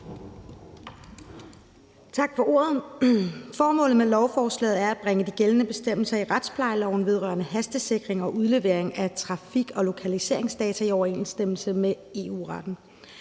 Tak for ordet. Formålet med lovforslaget er at bringe de gældende bestemmelser i retsplejeloven vedrørende hastesikring og udlevering af trafik- og lokaliseringsdata i overensstemmelse med EU-retten.